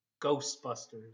Ghostbusters